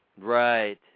Right